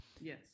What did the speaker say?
Yes